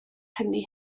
hynny